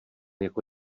jako